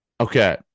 okay